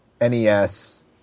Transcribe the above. NES